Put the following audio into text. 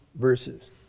verses